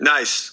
Nice